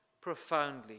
profoundly